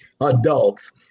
adults